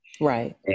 Right